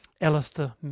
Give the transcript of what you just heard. Alistair